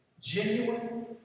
genuine